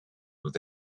with